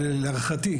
להערכתי,